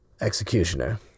executioner